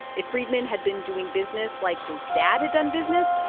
if freidman had been doing business like his dad had done business,